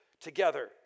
together